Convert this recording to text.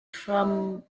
from